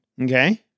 Okay